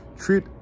Treat